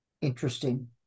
Interesting